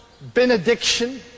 benediction